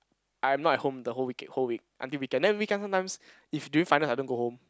I'm not at home the whole weekend whole week until weekend then weekend sometimes if during final I don't go home